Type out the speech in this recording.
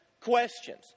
questions